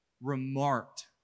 remarked